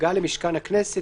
הגעה למשכן הכנסת,